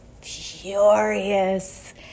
furious